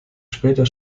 später